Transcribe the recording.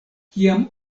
kiam